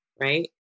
Right